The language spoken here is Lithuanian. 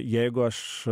jeigu aš